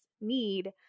need